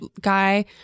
guy